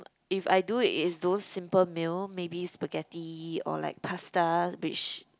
if I do it it is those simple meal maybe spaghetti or like pasta which